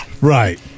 Right